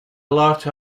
lot